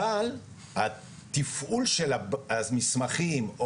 אבל התפעול שלה, המסמכים.